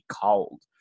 cold